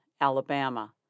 Alabama